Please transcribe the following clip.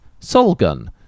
Solgun